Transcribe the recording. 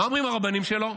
מה אומרים הרבנים שלו?